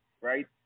right